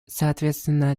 соответственно